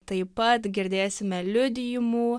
taip pat girdėsime liudijimų